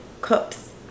Cups